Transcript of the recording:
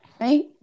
right